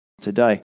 today